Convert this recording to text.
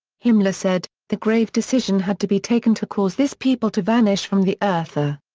himmler said, the grave decision had to be taken to cause this people to vanish from the earth.